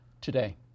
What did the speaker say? today